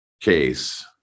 case